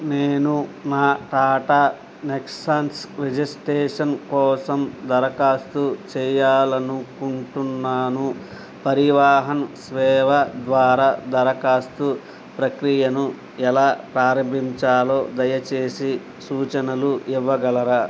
నేను నా Tata Nexon registration కోసం దరఖాస్తు చేయాలి అనుకుంటున్నాను పరివాహన్ సేవ ద్వారా దరఖాస్తు ప్రక్రియను ఎలా ప్రారంభించాలో దయచేసి సూచనలు ఇవ్వగలరా